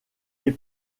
est